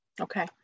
Okay